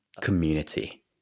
community